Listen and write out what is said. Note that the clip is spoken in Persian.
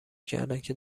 کردندکه